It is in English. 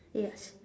yes